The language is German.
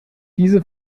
diese